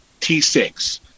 T6